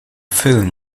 film